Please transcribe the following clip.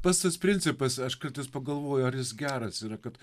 pats tas principas aš kartais pagalvoju ar jis geras yra kad